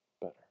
better